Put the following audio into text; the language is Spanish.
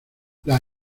las